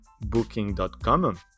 Booking.com